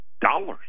dollars